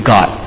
God